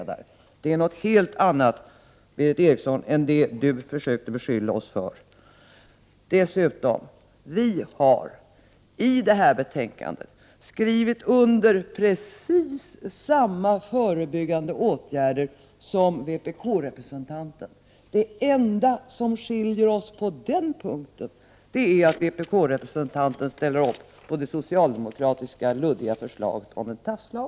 Detta är någonting helt annat än det Berith Eriksson försökte beskylla oss för! Dessutom: Vi har i betänkandet skrivit under precis samma förebyggande åtgärder som vpk-representanten. Det enda som skiljer oss åt på den punkten är att vpk-representanten ställer upp på det socialdemokratiska luddiga förslaget om en tafslag.